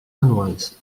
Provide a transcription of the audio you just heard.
anuals